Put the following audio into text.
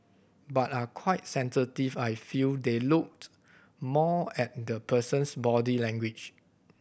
but are quite sensitive I feel they looked more at the person's body language